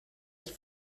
ich